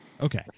Okay